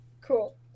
Cool